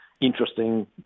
interesting